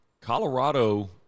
Colorado